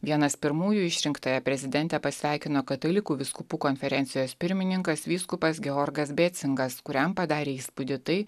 vienas pirmųjų išrinktąją prezidentę pasveikino katalikų vyskupų konferencijos pirmininkas vyskupas georgas bėtcingas kuriam padarė įspūdį tai